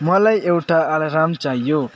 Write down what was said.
मलाई एउटा अलार्म चाहियो